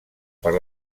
per